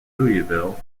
louisville